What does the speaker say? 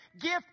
gift